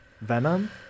Venom